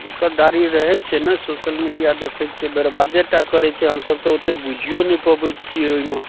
दिक्कतदारी रहैत छै ने सोशल मिडिया देखैत छियै बरबादेटा करैत छै हम सब तऽ ओतऽ बूझिऔ नहि पबैत छियै ओहिमे